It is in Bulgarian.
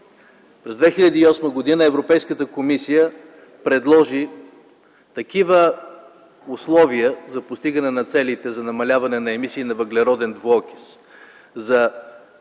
През 2008 г. Европейската комисия предложи такива условия за постигане на целите за намаляване на емисии на въглероден двуокис